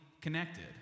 connected